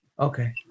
okay